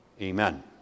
amen